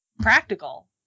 practical